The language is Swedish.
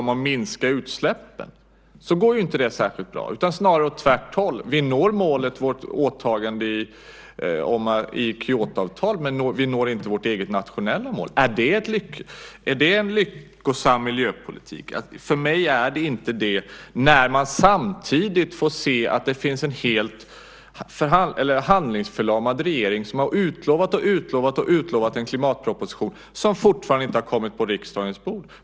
Det går inte särskilt bra för våra mål att minska utsläppen, snarare tvärtom. Vi når målet för vårt åtagande i Kyotoavtalet, men vi når inte vårt eget nationella mål. Är det en lyckosam miljöpolitik? För mig är det inte det när man samtidigt får se att det finns en helt handlingsförlamad regering som har utlovat en klimatproposition som fortfarande inte har kommit på riksdagens bord.